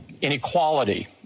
inequality